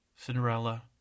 Cinderella